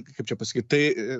kaip čia pasakyt tai